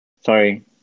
Sorry